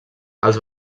els